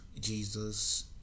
Jesus